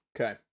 Okay